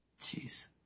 jeez